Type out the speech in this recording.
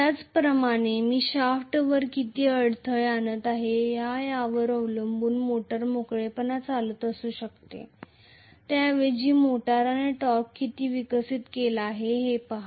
त्याचप्रमाणे मी शाफ्टवर किती अडथळा आणत आहे यावर अवलंबून मोटर मोकळेपणे चालत असू शकते त्याऐवजी मोटारने टॉर्क किती विकसित केला आहे ते पहा